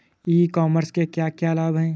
ई commerce के क्या क्या लाभ हैं?